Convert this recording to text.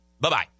bye-bye